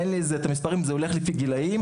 אין לי את המספרים, זה הולך לפי גילים.